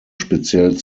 speziell